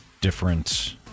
different